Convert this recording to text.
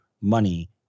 money